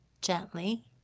gently